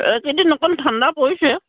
এইকেইদিন অকণ ঠাণ্ডা পৰিছে